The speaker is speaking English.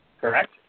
Correct